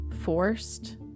forced